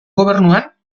gobernuan